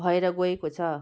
भएर गएको छ